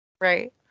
right